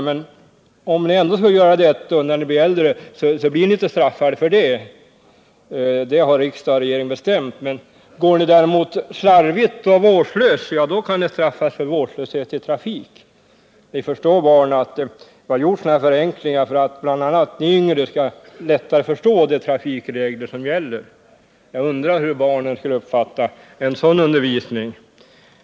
Men om ni ändå skulle göra det när ni blir litet äldre, så blir ni inte straffade för det — det har riksdag och regering bestämt. Går ni däremot slarvigt och vårdslöst — ja, då kan ni straffas för vårdslöshet i trafiken. Ni förstår barn, att vi här har gjort en del förenklingar, bl.a. för att ni yngre lättare skall förstå de Jag undrar hur barnen skulle uppfatta en sådan undervisning.